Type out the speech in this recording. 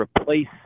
replace